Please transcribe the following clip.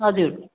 हजुर